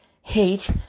hate